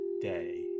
day